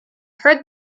heard